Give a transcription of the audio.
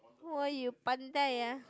!wow! you pandai ah